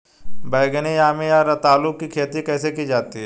बैगनी यामी या रतालू की खेती कैसे की जाती है?